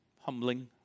humbling